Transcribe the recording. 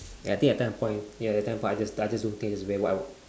ya I think that time of point ya that time of point I just I just don't think that's very what I